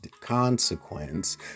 consequence